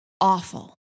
awful